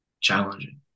challenging